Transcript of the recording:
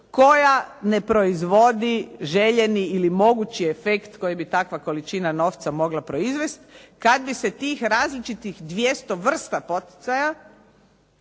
koja ne proizvodi željeni ili mogući efekt koji bi takva količina novca mogla proizvesti kad bi se tih različitih 200 vrsta poticaja